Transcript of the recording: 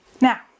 Now